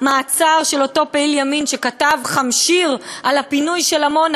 המעצר של אותו פעיל ימין שכתב חמשיר על הפינוי של עמונה,